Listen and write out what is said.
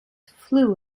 flew